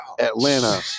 Atlanta